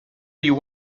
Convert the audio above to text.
you